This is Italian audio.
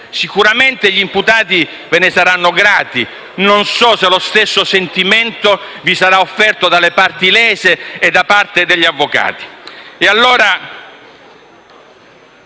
Sicuramente gli imputati ve ne saranno grati, ma non so se lo stesso sentimento vi sarà offerto dalle parti lese e da parte degli avvocati.